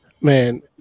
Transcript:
Man